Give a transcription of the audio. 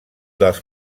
dels